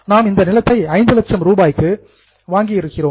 நாம் இந்த நிலத்தை 5 லட்சம் ரூபாய்க்கு பர்ச்சேஸ்டு வாங்கியிருக்கிறோம்